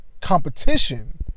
competition